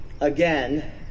again